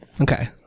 Okay